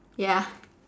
ya